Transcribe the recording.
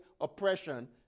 oppression